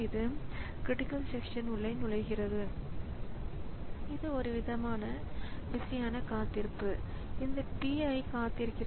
எனவே உடனடியாக ப்ராஸஸர் எதைச் செய்தாலும் அதை நிறுத்தி வைக்கும் அது உங்கள் செயல்முறைக்கு வருகிறது இது விசைப்பலகையின் உள்ளடக்கத்தைப் ரீட் செய்யக்கூடிய செயல்முறைக்கு வருகிறது